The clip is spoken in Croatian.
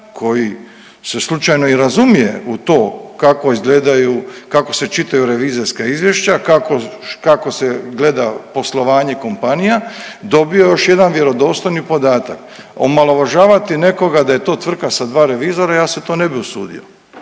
koji se slučajno i razumije u to kako izgledaju, kako se čitaju revizorska izvješća, kako, kako se gleda poslovanje kompanija, dobio još jedan vjerodostojni podatak. Omalovažavati nekoga da je to tvrtka sa dva revizora ja se to ne bi usudio,